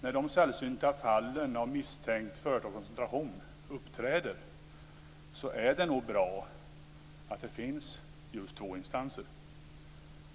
När de sällsynta fallen av misstänkt företagskoncentration uppträder är det nog bra att det finns två instanser.